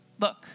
Look